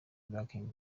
banking